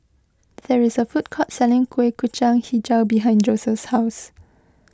there is a food court selling Kueh Kacang HiJau behind Joseph's house